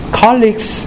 colleagues